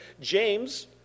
James